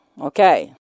Okay